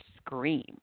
scream